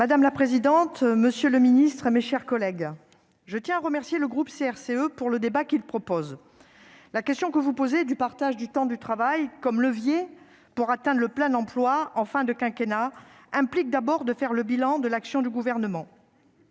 Madame la présidente, monsieur le secrétaire d'État, mes chers collègues, je tiens à remercier le groupe CRCE pour le débat qu'il propose. La question du partage du temps de travail comme levier pour atteindre le plein emploi à la fin du quinquennat implique d'abord de faire le bilan de l'action du Gouvernement.